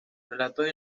relatos